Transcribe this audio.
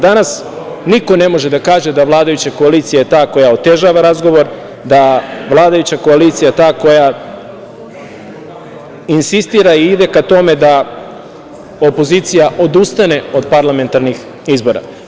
Danas niko ne može da kaže da vladajuća koalicija je ta koja otežava razgovor, da vladajuća koalicija je ta koja insistira i ide ka tome da opozicija odustane od parlamentarnih izbora.